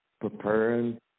preparing